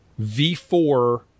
V4